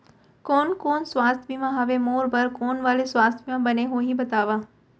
कोन कोन स्वास्थ्य बीमा हवे, मोर बर कोन वाले स्वास्थ बीमा बने होही बताव?